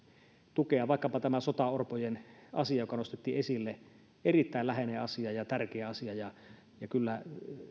tukea vaikkapa tämä sotaorpojen asia joka nostettiin esille erittäin läheinen ja tärkeä asia ja kyllä